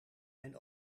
mijn